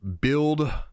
build